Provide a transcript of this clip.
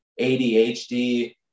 ADHD